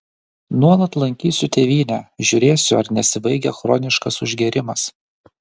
nuolat lankysiu tėvynę žiūrėsiu ar nesibaigia chroniškas užgėrimas